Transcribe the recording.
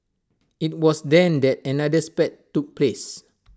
IT was then that another spat took place